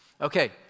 Okay